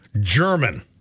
German